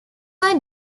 were